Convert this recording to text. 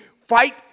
fight